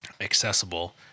accessible